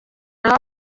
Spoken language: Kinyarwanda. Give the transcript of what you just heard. naho